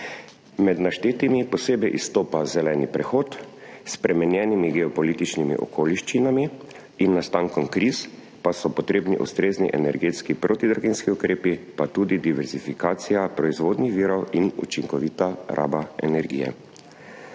Med naštetimi posebej izstopa zeleni prehod, s spremenjenimi geopolitičnimi okoliščinami in nastankom kriz pa so potrebni ustrezni energetski protidraginjski ukrepi, pa tudi diverzifikacija proizvodnih virov in učinkovita raba energije.